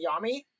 Yami